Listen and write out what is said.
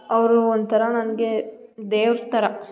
ಅವರು ಒಂಥರ ನನಗೆ ದೇವ್ರ ಥರ